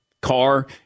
car